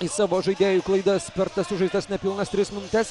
į savo žaidėjų klaidas per tas sužaistas nepilnas tris minutes